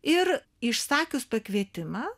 ir išsakius pakvietimą